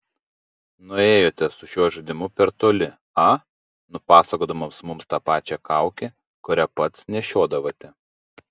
nuėjote su šiuo žaidimu per toli a nupasakodamas mums tą pačią kaukę kurią pats nešiodavote